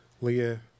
Leah